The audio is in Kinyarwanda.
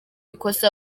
ikosa